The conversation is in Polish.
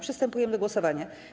Przystępujemy do głosowania.